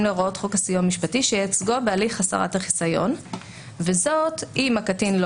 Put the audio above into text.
להוראות חוק הסיוע המשפטי שייצגו בהליך הסרת החיסיון וזאת אם הקטין לא